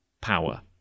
power